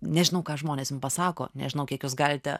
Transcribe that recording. nežinau ką žmonės jum pasako nežinau kiek jūs galite